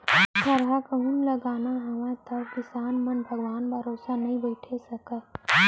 थरहा कहूं लगाना हावय तौ किसान मन भगवान भरोसा नइ बइठे सकयँ